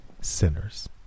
sinners